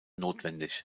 notwendig